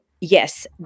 yes